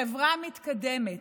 חברה מתקדמת,